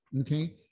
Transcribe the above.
Okay